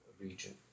region